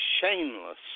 shameless